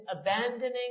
abandoning